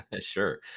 Sure